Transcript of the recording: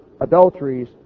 adulteries